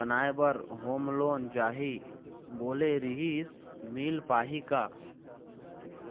बनाए बर home loan चाही बोले रीहिस मील पाही का?